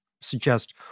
suggest